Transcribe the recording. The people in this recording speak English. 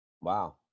wow